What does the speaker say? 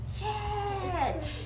Yes